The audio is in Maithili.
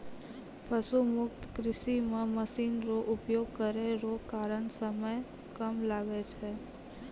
पशु मुक्त कृषि मे मशीन रो उपयोग करै रो कारण समय कम लागै छै